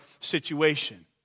situation